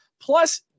Plus